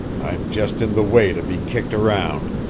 i'm just in the way to be kicked around.